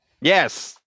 Yes